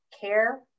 care